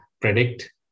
predict